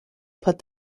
put